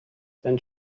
ten